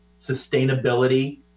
sustainability